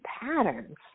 patterns